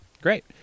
Great